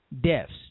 deaths